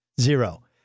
Zero